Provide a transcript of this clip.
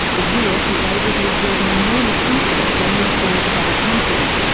the us is able to exert an enormous influence on the affairs of other countries,